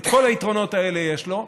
את כל היתרונות האלה יש לו,